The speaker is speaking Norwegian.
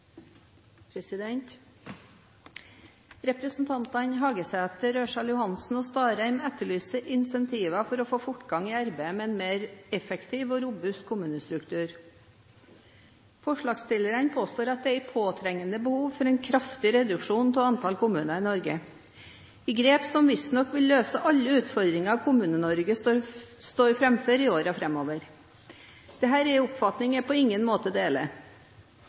til. Representantene Hagesæter, Ørsal Johansen og Starheim etterlyser incentiver for å få fortgang i arbeidet med en mer effektiv og robust kommunestruktur. Forslagsstillerne påstår at det er et påtrengende behov for en kraftig reduksjon av antall kommuner i Norge, et grep som visstnok vil løse alle utfordringer Kommune-Norge står framfor i årene fremover. Dette er en oppfatning jeg på ingen måte deler.